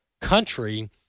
country